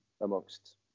amongst